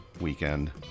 weekend